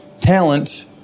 talent